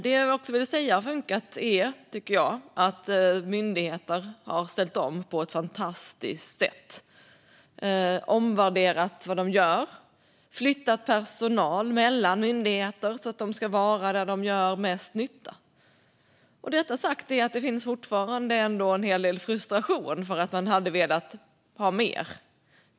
Det som också har funkat, tycker jag, är att myndigheter har ställt om på ett fantastiskt sätt. De har omvärderat vad de gör och flyttat personal mellan myndigheter så att de ska vara där de gör mest nytta. Med detta sagt finns det fortfarande en hel del frustration över att man velat ha mer.